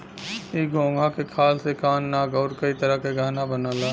इ घोंघा के खाल से कान नाक आउर कई तरह के गहना बनला